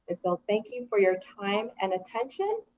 and so thank you for your time and attention.